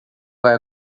vai